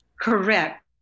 Correct